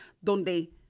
donde